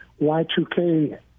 Y2K